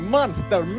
Monster